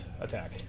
attack